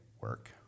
work